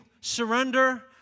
surrender